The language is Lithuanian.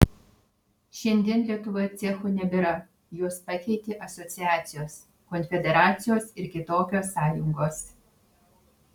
šiandien lietuvoje cechų nebėra juos pakeitė asociacijos konfederacijos ir kitokios sąjungos